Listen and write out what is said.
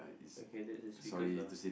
okay that is speakers lah